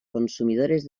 consumidores